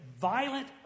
violent